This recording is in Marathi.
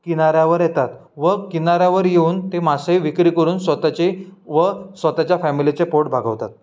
किनाऱ्यावर येतात व किनाऱ्यावर येऊन ते मासे विक्री करून स्वतःचे व स्वतःच्या फॅमिलीचे पोट भागवतात